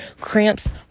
Cramps